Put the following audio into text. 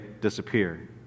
disappear